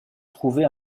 trouver